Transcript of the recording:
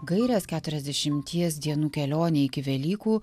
gaires keturiasdešimties dienų kelionę iki velykų